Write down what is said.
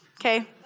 okay